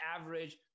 average